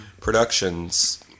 productions